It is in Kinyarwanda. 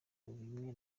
bimwe